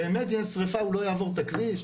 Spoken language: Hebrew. באמת כשיש שריפה היא לא תעבור את הכביש?